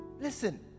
Listen